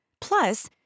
Plus